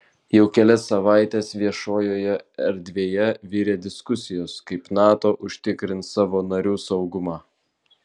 jau kelias savaites viešojoje erdvėje virė diskusijos kaip nato užtikrins savo narių saugumą